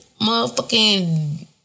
Motherfucking